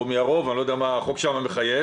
אני לא יודע מה החוק מחייב.